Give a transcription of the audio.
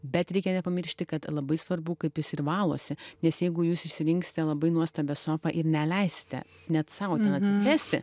bet reikia nepamiršti kad labai svarbu kaip jis ir valosi nes jeigu jūs išsirinksite labai nuostabią sofą ir neleisite net sau atsisėsti